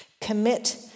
Commit